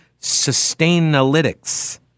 Sustainalytics